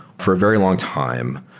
for a very long time,